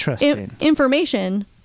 information